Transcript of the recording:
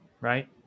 right